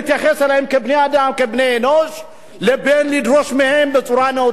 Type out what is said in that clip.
לבין לדרוש מהם בצורה נאותה לחזור אל המדינה שלהם,